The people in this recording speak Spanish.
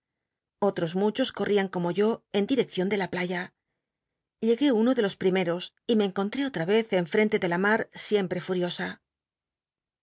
otros muchos cortian como yo en di r la playa llegué uno de los primeros y me encontré otra ez enfrente de la mar siempre furiosa